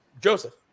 Joseph